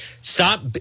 Stop